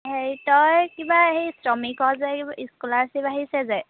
হেৰি তই কিবা সেই শ্ৰমিকৰ যে কি স্কলাৰশ্বিপ আহিছে যে